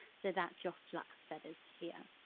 so that's your flux feathers here.